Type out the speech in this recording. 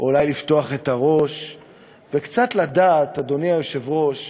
אולי לפתוח את הראש וקצת לדעת, אדוני היושב-ראש,